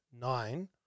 nine